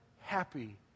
happy